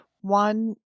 one